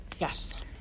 Yes